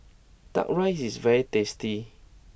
Duck Rice is very tasty